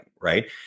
right